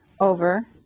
over